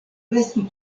restu